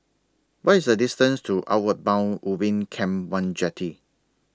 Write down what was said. What IS The distance to Outward Bound Ubin Camp one Jetty